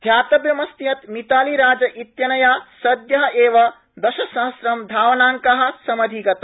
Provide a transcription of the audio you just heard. ध्यातव्यमस्ति यत् मिताली राज इत्यनया सदय एव दश सहस्रं धावनांका समधिगता